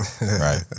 Right